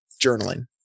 journaling